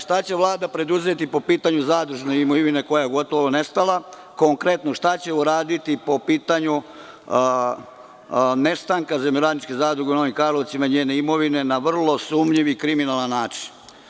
Šta će Vlada preduzeti po pitanju zadružne imovine koja je gotovo nestala, konkretno, šta će uraditi po pitanju nestanka Zemljoradničke zadruge u Novim Karlovcima, njene imovine, na vrlo sumnjiv i kriminalan način?